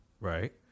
Right